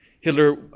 Hitler